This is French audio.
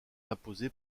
imposé